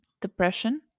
depression